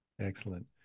Excellent